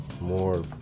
more